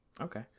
okay